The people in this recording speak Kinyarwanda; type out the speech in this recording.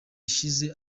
ishize